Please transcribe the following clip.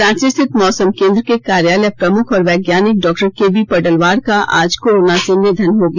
रांची स्थित मौसम केंद्र के कार्यालय प्रमुख और वैज्ञानिक डॉ के वी पडलवार का आज कोरोना से निधन हो गया